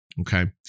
Okay